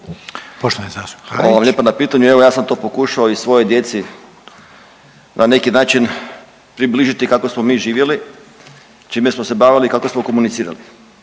(Socijaldemokrati)** Hvala vam lijepo na pitanju, evo ja sam to pokušao i svojoj djeci na neki način približiti kako smo mi živjeli, čime smo se bavili i kako smo komunicirali.